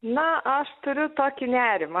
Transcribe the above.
na aš turiu tokį nerimą